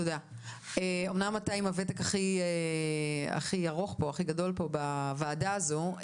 אמנם אתה עם הוותק הכי גדול פה בוועדה הזו,